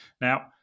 Now